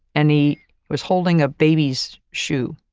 and he was holding a baby's shoe.